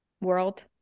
world